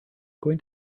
going